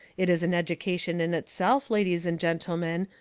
it is an education in itself, ladies and gentlemen,